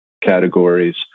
categories